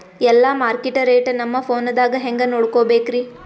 ಎಲ್ಲಾ ಮಾರ್ಕಿಟ ರೇಟ್ ನಮ್ ಫೋನದಾಗ ಹೆಂಗ ನೋಡಕೋಬೇಕ್ರಿ?